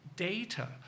Data